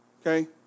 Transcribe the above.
Okay